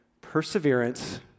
perseverance